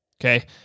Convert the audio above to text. Okay